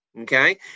Okay